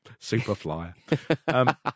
Superflyer